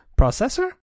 processor